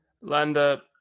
Linda